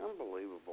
Unbelievable